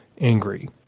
angry